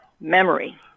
memory